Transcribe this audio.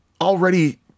already